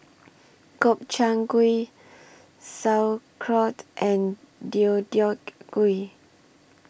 Gobchang Gui Sauerkraut and Deodeok Gui